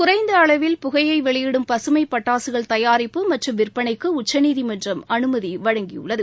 குறைந்த அளவில் புகையை வெளியிடும் பசுமை பட்டாசுகள் தயாரிப்பு மற்றும் விற்பனைக்கு உச்சநீதிமன்றம் அனுமதி வழங்கியுள்ளது